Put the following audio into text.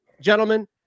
gentlemen